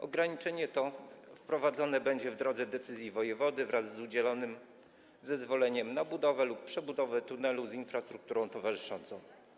Ograniczenie to wprowadzone będzie w drodze decyzji wojewody wraz z udzielonym zezwoleniem na budowę lub przebudowę tunelu z infrastrukturą towarzyszącą.